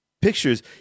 pictures